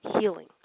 Healing